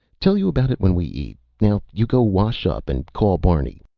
tell you about it when we eat. now you go wash up and call barney.